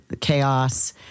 chaos